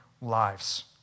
lives